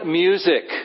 music